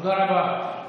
תודה רבה.